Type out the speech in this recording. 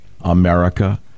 America